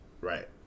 Right